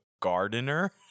gardener